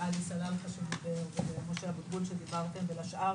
לעלי סלאלחה ומשה אבוטבול שדיברתם ולשאר